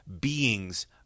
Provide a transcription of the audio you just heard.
beings